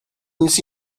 nic